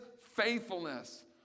faithfulness